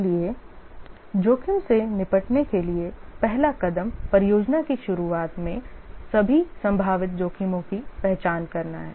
इसलिए जोखिम से निपटने के लिए पहला कदम परियोजना की शुरुआत में सभी संभावित जोखिमों की पहचान करना है